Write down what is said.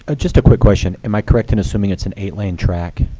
ah just a quick question. am i correct in assuming it's an eight lane track?